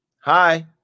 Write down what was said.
Hi